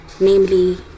namely